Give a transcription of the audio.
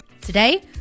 today